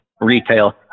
retail